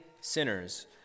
sinners